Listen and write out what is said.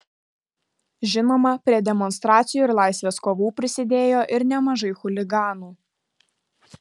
žinoma prie demonstracijų ir laisvės kovų prisidėjo ir nemažai chuliganų